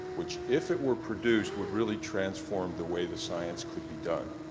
which if it were produced, would really transform the way the science could be done.